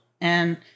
and-